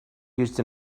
used